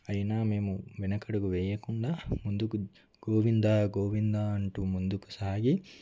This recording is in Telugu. అయినా మేము వెనకడుగు వేయకుండా ముందుకు గోవిందా గోవిందా అంటూ ముందుకు సాగి